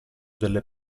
delle